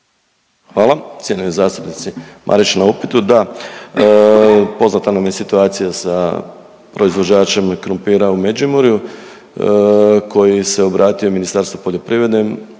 Hvala cijenjenoj zastupnici Marić na upitu. Da, poznata nam je situacija sa proizvođačem krumpira u Međimurju koji se obratio Ministarstvu poljoprivrede,